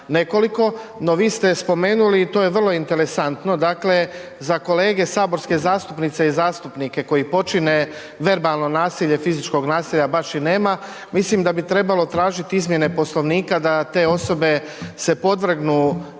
nekoliko. No vi ste spomenuli i to je vrlo interesantno, dakle za kolege saborske zastupnice i zastupnice koji počine verbalno nasilje, fizičkog nasilja baš i nema, mislim da bi trebalo tražiti izmjene Poslovnika da te osobe se podvrgnu